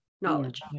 knowledge